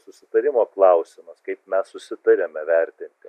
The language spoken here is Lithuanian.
susitarimo klausimas kaip mes susitariame vertinti